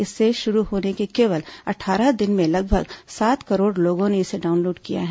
इसके शुरू होने के केवल अट्ठारह दिन में लगभग सात करोड लोगों ने इसे डाउनलोड किया है